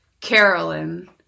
Carolyn